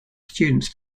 students